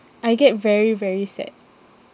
I get very very sad